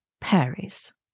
Paris